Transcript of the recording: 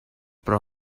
pro